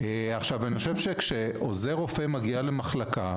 כשעוזר רופא מגיע למחלקה